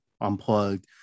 unplugged